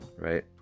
right